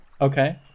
Okay